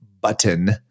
button